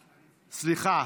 סליחה,